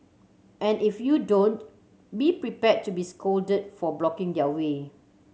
and if you don't be prepared to be scolded for blocking their way